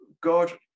God